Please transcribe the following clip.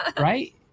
Right